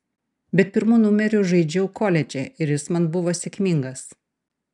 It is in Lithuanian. bet pirmu numeriu žaidžiau koledže ir jis man buvo sėkmingas